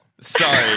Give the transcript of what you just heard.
Sorry